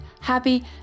happy